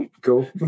Cool